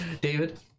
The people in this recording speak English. David